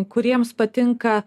kuriems patinka